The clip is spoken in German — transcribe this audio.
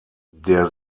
der